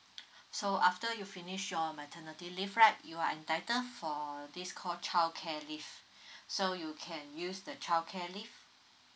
so after you finish your maternity leave right you are entitled for this call childcare leave so you can use the childcare leave